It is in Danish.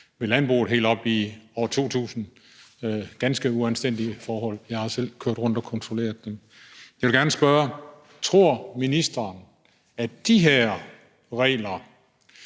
i landbruget helt op til år 2000 – ganske uanstændige forhold. Jeg har selv kørt rundt og kontrolleret dem. Jeg vil gerne spørge: Tror ministeren, at de her regler